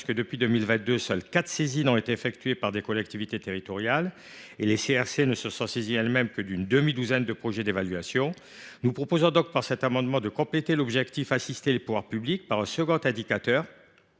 œuvre : depuis 2022, seules quatre saisines ont été effectuées par des collectivités territoriales et les CRC ne se sont saisies elles mêmes que d’une demi douzaine de projets d’évaluation. Nous proposons donc, par cet amendement, de compléter l’objectif « Assister les pouvoirs publics » par un second indicateur